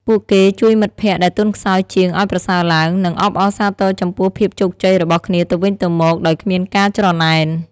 ពួកគេជួយមិត្តភក្តិដែលទន់ខ្សោយជាងឱ្យប្រសើរឡើង និងអបអរសាទរចំពោះភាពជោគជ័យរបស់គ្នាទៅវិញទៅមកដោយគ្មានការច្រណែន។